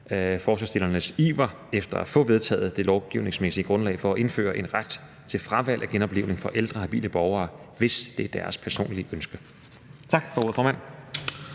forslagsstillernes iver efter at få vedtaget det lovgivningsmæssige grundlag for at indføre en ret til fravalg af genoplivning for ældre habile borgere, hvis det er deres personlige ønske. Tak for ordet, formand.